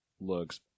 looks